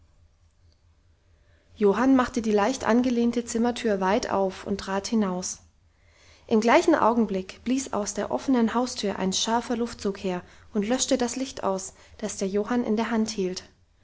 johann machte die leicht angelehnte zimmertür weit auf und trat hinaus im gleichen augenblick blies aus der offenen haustür ein scharfer luftzug her und löschte das licht aus das der johann in der hand hielt